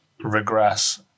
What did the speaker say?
regress